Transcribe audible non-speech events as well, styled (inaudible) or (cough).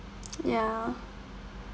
(noise) ya